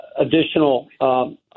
additional